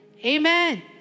Amen